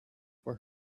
for